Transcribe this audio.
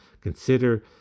Consider